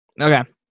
Okay